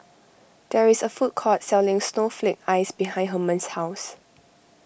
there is a food court selling Snowflake Ice behind Hermann's house